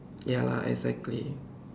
ya lah exactly